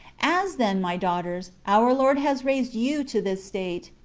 as, then, my daughters, our lord has raised you to this state,